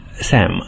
Sam